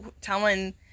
telling